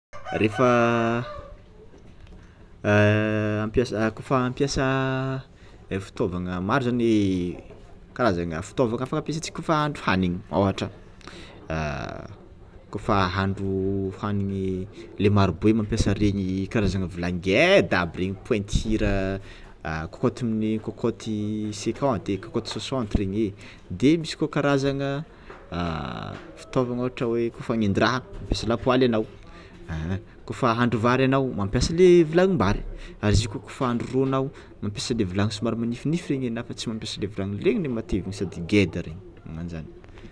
Refa kôfa ampiasa fitôvagna maro zany karazangna fitôvagna fampiasantsika fahandro hanigny ôhatra, kôfa ahandro hanigny le marobe mampiasa regny karazana vilagny ngeda aby regny pointure kôkôty amin'ny kôkôty cinquanty, kôkôty soixante regny e, de misy koa karazagna fitôvagna ôhatra hoe kôfa hagnendy raha mampiasa lapoaly anao, hein hein kôfa ahandro vary anao mampiasa le vilagnimbary ary izy koa kôfa hahandro rô enao mampiasa le vilagny somary minififiny regny enao fa tsy mampiasa le vilagny regny le matevina sady ngeda regny magnanjany.